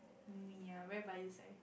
ya very bias eh